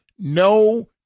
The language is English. no